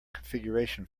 configuration